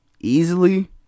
easily